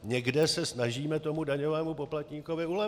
Někde se snažíme tomu daňovému poplatníkovi ulevit.